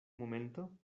momento